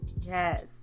Yes